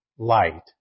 Light